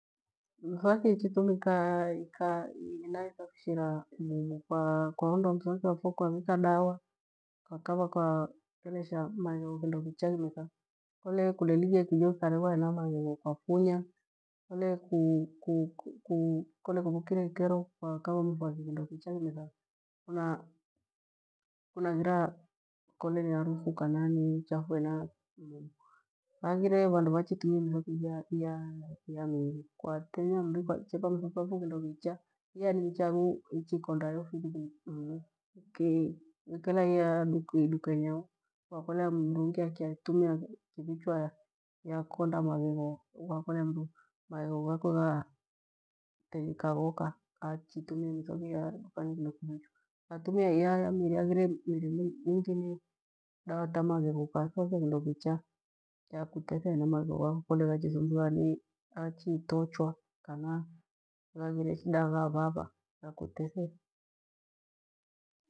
Mothwaki ichitumika hena ithafishira mumu kwa ondoa mthwaki wafo kwavika dawa, kwakava kwadesha, maghegho kindokicha kimetha kole kilelighie kijo kikaleghwa hena maghegho kwa funya kole kuvikirie ikero kwakava mthwaki kindokicha kimetha kunaghira kole ni harufu kana ni uchafu hena mumu. Haghire vandu vachitumia mithuaki ya miri kwatenya mri kwa chemba mthuaki wafo. Kindokicha iya ni micha angu ichikunda yo fithi mnu ikera nya ya idukenyi angu kwakulea mruungi akyatumia kivichwa yakonda maghegho kwakolea mru maghegho ghakwe ghatenyika ghoka vaya vachitumia mithuaki ya dukani kindo kivichwa itumia iyo ya mri haghire miri mingi ni dawa ta maghegho ukaithuakia kindo kicha yakuthethea hena maghegho ghafo kole ghachithimbuliwa ni ghachitochwa kana ghaghire shida ghavava ghakulethea.